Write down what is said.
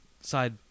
side